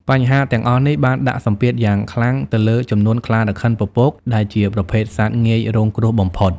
បញ្ហាទាំងអស់នេះបានដាក់សម្ពាធយ៉ាងខ្លាំងទៅលើចំនួនខ្លារខិនពពក ដែលជាប្រភេទសត្វងាយរងគ្រោះបំផុត។